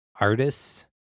artists